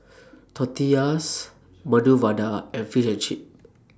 Tortillas Medu Vada and Fish and Chips